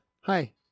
Hi